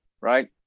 right